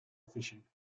efficient